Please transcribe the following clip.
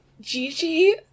Gigi